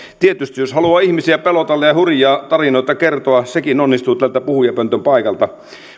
tietysti jos haluaa ihmisiä pelotella ja hurjia tarinoita kertoa niin sekin onnistuu täältä puhujapöntön paikalta